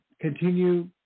Continue